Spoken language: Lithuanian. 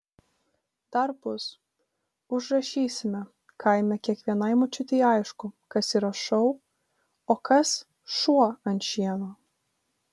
dar bus užrašysime kaime kiekvienai močiutei aišku kas yra šou o kas šuo ant šieno